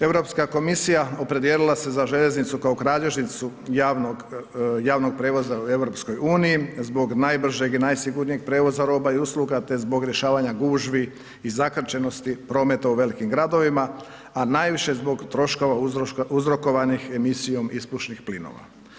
Europska komisija opredijelila se za željeznicu kao kralježnicu javnog prijevoza u EU, zbog najbržeg i najsigurnijeg prijevoza roba i usluga, te zbog rješavanja gužvi i zakrčenosti prometa u velikim gradovima, a najviše zbog troškova uzrokovanih emisijom ispušnih plinova.